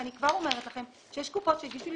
ואני כבר אומרת לכם שיש קופות שהגישו לי